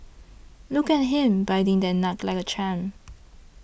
look at him biting that nut like a champ